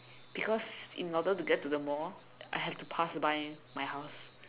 because in order to get to the mall I have to pass by my house